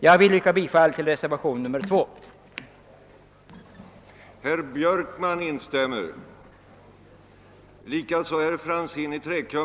Jag vill yrka bifall till reservationen nr 2 vid statsutskottets utlåtande nr 105.